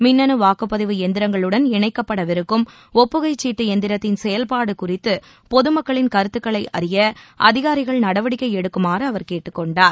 மின்னனு வாக்குப்பதிவு எந்திரங்களுடன் இணைக்கப்படவிருக்கும் ஒப்புகைச்சீட்டு எந்திரத்தின் செயல்பாடு குறித்து பொதுமக்களின் கருத்துக்களை அறிய அதிகாரிகள் நடவடிக்கை எடுக்குமாறு அவர் கேட்டுக்கொண்டார்